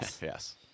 Yes